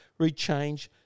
rechange